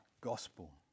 gospel